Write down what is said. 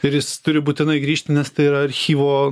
ir jis turi būtinai grįžti nes tai yra archyvo